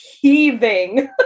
heaving